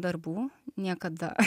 darbų niekada